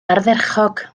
ardderchog